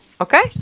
okay